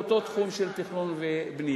באותו תחום של תכנון ובנייה?